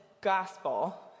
gospel